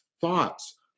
thoughts